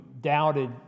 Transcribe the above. doubted